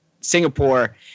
Singapore